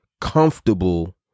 comfortable